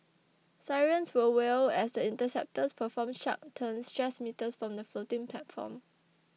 sirens will wail as the interceptors perform sharp turns just metres from the floating platform